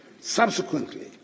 Subsequently